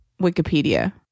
Wikipedia